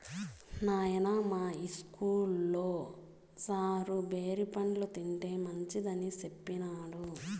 నాయనా, మా ఇస్కూల్లో సారు బేరి పండ్లు తింటే మంచిదని సెప్పినాడు